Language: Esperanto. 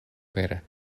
per